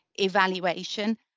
evaluation